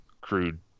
crude